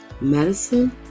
medicine